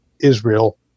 Israel